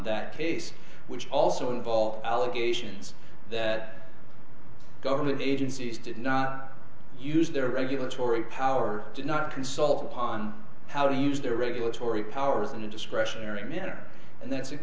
that case which also involved allegations that government agencies did not use their regulatory power did not consult upon how to use their regulatory powers in a discretionary manner and that's it